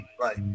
right